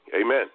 Amen